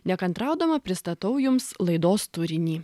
nekantraudama pristatau jums laidos turinį